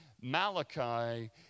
Malachi